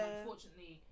Unfortunately